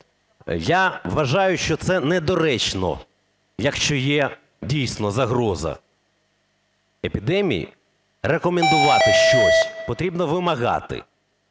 Я вважаю, що це недоречно, якщо є дійсно загроза епідемії, рекомендувати щось - потрібно вимагати.